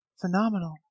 phenomenal